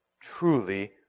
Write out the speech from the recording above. truly